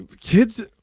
kids